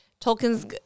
Tolkien's